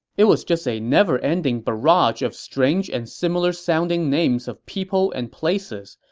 it was just a neverending barrage of strange and similar-sounding names of people and places,